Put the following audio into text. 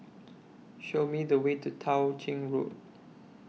Show Me The Way to Tao Ching Road